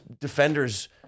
defenders